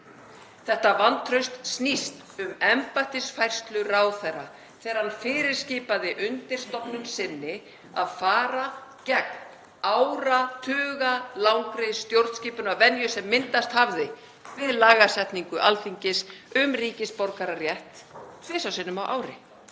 Þetta vantraust snýst um embættisfærslu ráðherra þegar hann fyrirskipaði undirstofnun sinni að fara gegn áratugalangri stjórnskipunarvenju sem myndast hafði við lagasetningu Alþingis um ríkisborgararétt tvisvar sinnum á ári.